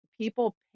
people